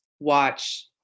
watch